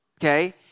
Okay